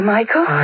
Michael